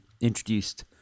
introduced